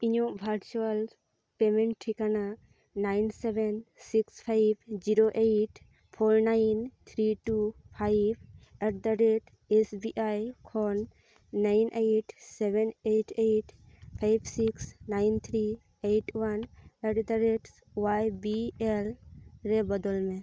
ᱤᱧᱟᱹᱜ virtual payment ᱴᱷᱤᱠᱟᱹᱱᱟ nine seven six five zero eight four nine three two five at the rate S B I ᱠᱷᱚᱱ nine eight seven eight eight five six nine three eight one at the rate Y B L ᱨᱮ ᱵᱚᱫᱚᱞ ᱢᱮ